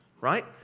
right